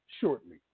shortly